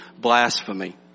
blasphemy